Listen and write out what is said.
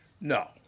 No